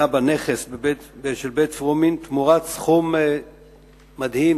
בנכס של בית-פרומין תמורת סכום מדהים,